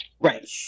right